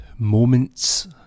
Moments